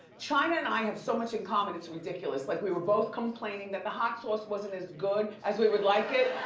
chyna and i have so much in common it's ridiculous, like we were both complaining that the hot sauce wasn't as good as we would like it